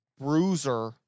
bruiser